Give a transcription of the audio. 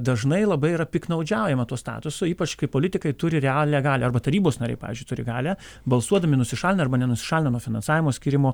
dažnai labai yra piktnaudžiaujama tuo statusu ypač kai politikai turi realią galią arba tarybos nariai pavyzdžiui turi galią balsuodami nusišalina arba nenusišalina nuo finansavimo skyrimo